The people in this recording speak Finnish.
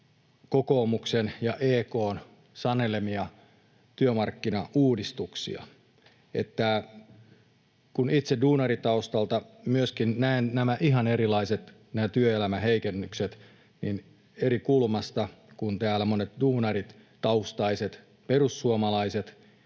kokoomuksen ja EK:n sanelemia työmarkkinauudistuksia. Itse duunaritaustalta myöskin näen nämä työelämän heikennykset ihan eri kulmasta kuin täällä monet duunaritaustaiset perussuomalaiset,